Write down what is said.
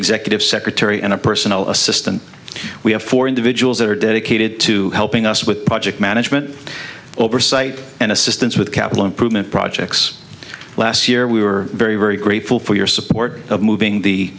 executive secretary and a personal assistant we have four individuals that are dedicated to helping us with project management oversight and assistance with capital improvement projects last year we were very very grateful for your support of moving the